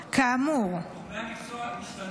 גורמי המקצוע השתנו?